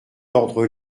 l’ordre